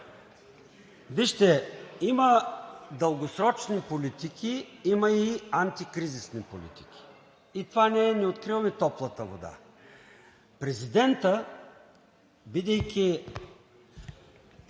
Вижте, има дългосрочни политики, има и антикризисни политики и с това ние не откриваме топлата вода. Президентът, който